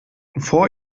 vor